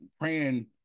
praying